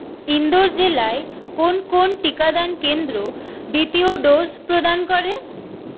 ইন্দোর জেলায় কোন কোন টিকাদান কেন্দ্র দ্বিতীয় ডোজ প্রদান করে